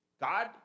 God